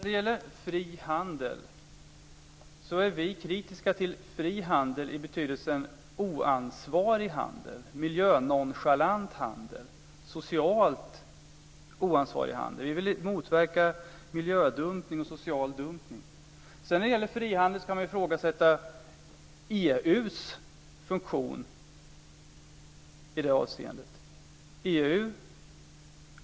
Herr talman! Vi är kritiska till fri handel i betydelsen oansvarig handel, miljönonchalant handel och socialt oansvarig handel. Vi vill motverka miljödumpning och social dumpning. Sedan kan man ju ifrågasätta EU:s funktion när det gäller fri handel.